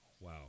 Wow